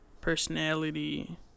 personality